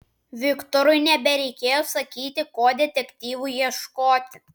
viktorui nebereikėjo sakyti ko detektyvui ieškoti